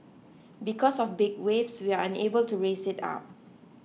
because of big waves we are unable to raise it up